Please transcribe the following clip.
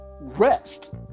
rest